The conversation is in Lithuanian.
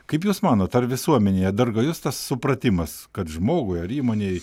kaip jūs manot ar visuomenėje dar gajus tas supratimas kad žmogui ar įmonei